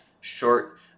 short